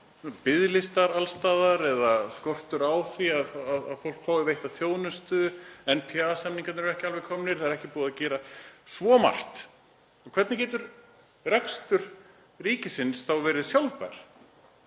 biðlistar alls staðar eða skortur á því að fólk fái þjónustu, NPA-samningarnir eru ekki alveg komnir — það er ekki búið að gera svo margt. Hvernig getur rekstur ríkisins þá verið sjálfbær?